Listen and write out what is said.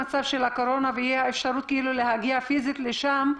הקורונה שאי אפשר להגיע פיזית לשם,